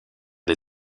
des